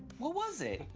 what was it?